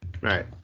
Right